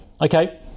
okay